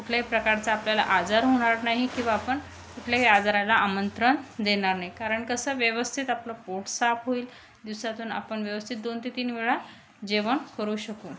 कुठल्याही प्रकारचा आपल्याला आजार होणार नाही किंवा आपण कुठल्याही आजाराला आमंत्रण देणार नाही कारण कसं व्यवस्थित आपलं पोट साफ होईल दिवसातून आपण व्यवस्थित दोन ते तीन वेळा जेवण करू शकू